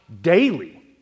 daily